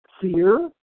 fear